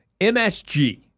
MSG